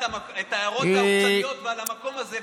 את ההערות העוקצניות מהמקום הזה,